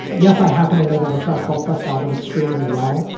yes, i happen to know that a tribe called quest album extremely well,